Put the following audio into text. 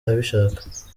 abishaka